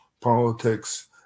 politics